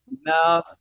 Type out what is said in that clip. no